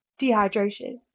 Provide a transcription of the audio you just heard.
dehydration